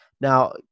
Now